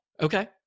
Okay